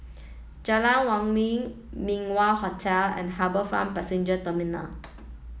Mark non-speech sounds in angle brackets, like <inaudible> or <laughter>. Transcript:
Jalan <unintelligible> Min Wah Hotel and HarbourFront Passenger Terminal